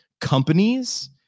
companies